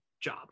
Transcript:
job